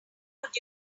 would